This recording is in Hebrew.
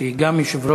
שהיא גם יושבת-ראש